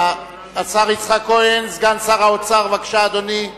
השר יצחק כהן, סגן שר האוצר, בבקשה, אדוני.